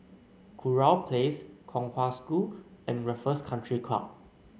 Kurau Place Kong Hwa School and Raffles Country Club